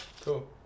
cool